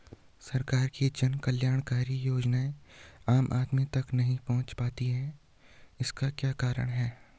सरकार की जन कल्याणकारी योजनाएँ आम आदमी तक नहीं पहुंच पाती हैं इसका क्या कारण है?